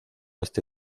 este